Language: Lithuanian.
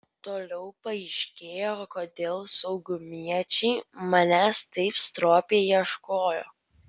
toliau paaiškėjo kodėl saugumiečiai manęs taip stropiai ieškojo